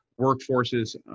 workforces